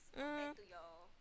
um